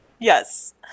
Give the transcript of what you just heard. Yes